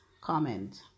comment